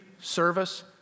service